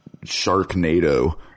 Sharknado